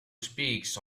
speaks